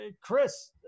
Chris